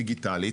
דיגיטלית,